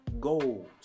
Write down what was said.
goals